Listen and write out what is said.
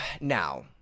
now